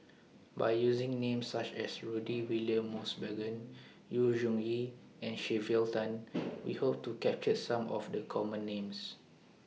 By using Names such as Rudy William Mosbergen Yu Zhuye and Sylvia Tan We Hope to capture Some of The Common Names